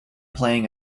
playing